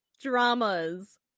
dramas